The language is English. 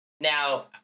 Now